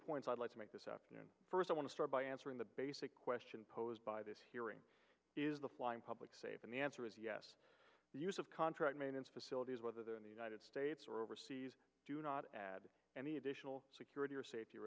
points i'd like to make this first i want to start by answering the basic question posed by this hearing is the flying public safe and the answer is yes the use of contract maintenance facilities whether they are in the united states or overseas do not add any additional security or safety